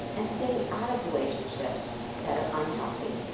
and to getting out of relationships that are unhealthy.